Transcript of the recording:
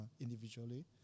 individually